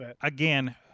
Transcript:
again